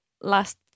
Last